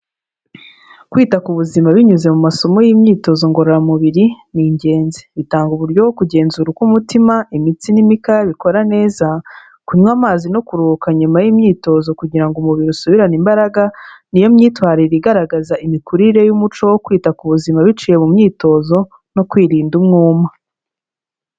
Kwita ku buzima binyuze mu masomo y'imyitozo ngororamubiri, ni ingenzi. Bitanga uburyo bwo kugenzura uko umutima, imitsi n'imikaya bikora neza, kunywa amazi no kuruhuka nyuma y'imyitozo kugira ngo umubiri usubirane imbaraga, ni yo myitwarire igaragaza imikurire y'umuco wo kwita ku buzima biciye mu myitozo, no kwirinda umwuma.